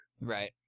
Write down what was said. Right